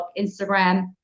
Instagram